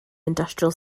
industrial